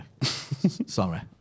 Sorry